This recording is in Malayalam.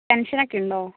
ടെൻഷനൊക്കെ ഉണ്ടോ